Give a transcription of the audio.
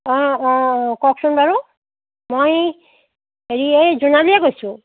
অ' অ' অ' কওকচোন বাৰু মই হেৰি এ জোনালীয়ে কৈছো